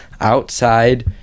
outside